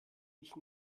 mich